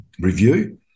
review